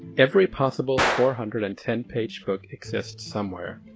every possible four hundred and ten page book exists somewhere.